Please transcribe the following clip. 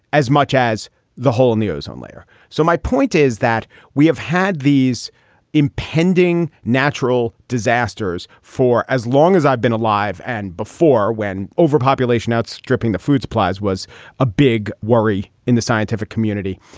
as much as the hole in the ozone layer? so my point is that we have had these impending natural disasters for as long as i've been alive and before when overpopulation outstripping the food supplies was a big worry in the scientific community.